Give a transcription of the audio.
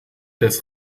des